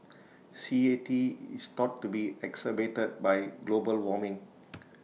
C A T is thought to be exacerbated by global warming